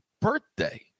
birthday